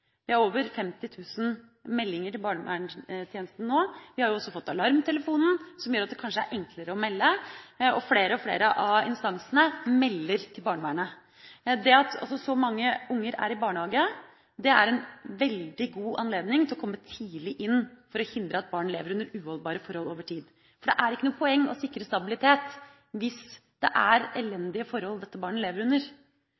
over 50 000 meldinger til barneverntjenesten nå. Vi har også fått alarmtelefonen, noe som gjør at det kanskje er enklere å melde. Flere og flere av instansene melder fra til barnevernet. Det at så mange barn er i barnehage er en veldig god anledning til å komme tidlig inn for å hindre at barn lever under uholdbare forhold over tid. For det er ikke noe poeng å sikre stabilitet hvis det er